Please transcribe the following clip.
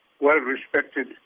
well-respected